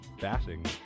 Batting